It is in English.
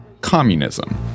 communism